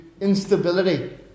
Instability